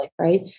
right